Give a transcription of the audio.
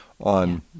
on